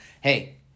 Hey